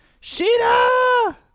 Sheeta